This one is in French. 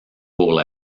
pour